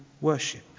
worship